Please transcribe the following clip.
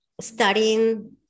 studying